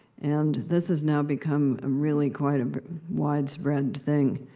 and this has now become really quite a widespread thing.